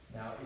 Now